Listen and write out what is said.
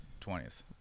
20th